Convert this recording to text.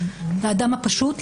לאדם הפשוט,